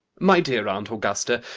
my dear aunt augusta,